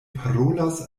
parolas